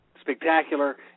spectacular